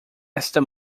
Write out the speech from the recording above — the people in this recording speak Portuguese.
esta